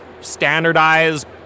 standardized